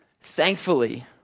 Thankfully